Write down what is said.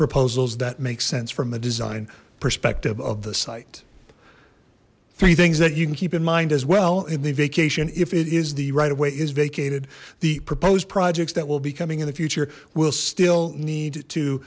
proposals that make sense from a design perspective of the site three things that you can keep in mind as well in the vacation if it is the right of way is vacated the proposed projects that will be coming in the future will still need to